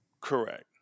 Correct